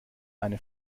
eine